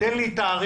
תן לי תאריך.